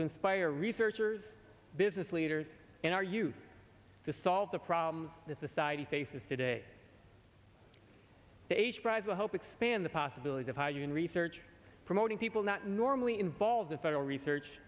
to inspire researchers business leaders in our youth to solve the problems that society faces today the age prize the hope expand the possibilities of how you can research promoting people not normally involve the federal research